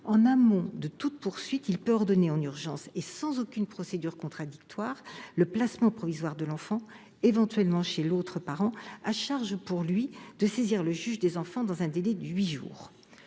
En amont de toute poursuite, le parquet peut ordonner en urgence, et sans aucune procédure contradictoire, le placement provisoire de l'enfant, éventuellement chez l'autre parent, à charge pour lui de saisir le juge des enfants dans un délai de huit jours.